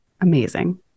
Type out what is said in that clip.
amazing